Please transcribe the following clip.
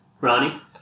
ronnie